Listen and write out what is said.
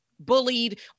bullied